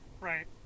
Right